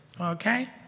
okay